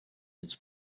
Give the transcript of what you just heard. its